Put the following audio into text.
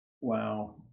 Wow